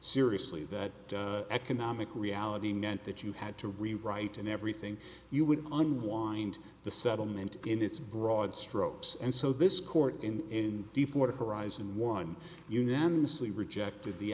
seriously that economic reality meant that you had to rewrite everything you would on wind the settlement in its broad strokes and so this court in deepwater horizon one unanimously rejected the